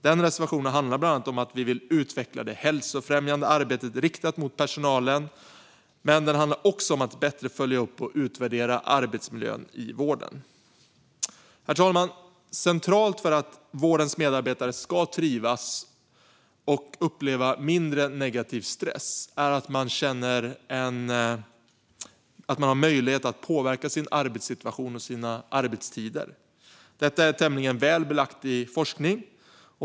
Denna reservation handlar bland annat om att vi vill utveckla det hälsofrämjande arbetet riktat mot personalen, men den handlar också om att bättre följa upp och utvärdera arbetsmiljön i vården. Herr talman! Centralt för att vårdens medarbetare ska trivas och uppleva mindre negativ stress är att man känner att man har möjlighet att påverka sin arbetssituation och sina arbetstider. Detta är tämligen väl belagt i forskning.